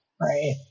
right